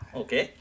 okay